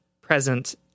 present